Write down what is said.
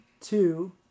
Two